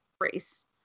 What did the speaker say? race